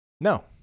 No